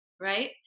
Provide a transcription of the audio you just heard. Right